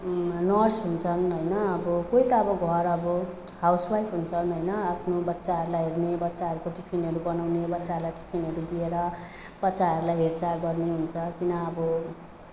nurse हुन्छन् होइन अब कोही त अब घर अब हाउसवाइफ हुन्छन् होइन आफ्नो बच्चाहरूलाई हेर्ने बच्चाहरूको टिफिनहरू बनाउने बच्चाहरूलाई टिफिनहरू दिएर बच्चाहरूलाई हेरचाह गर्ने हुन्छ किन अब